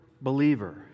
believer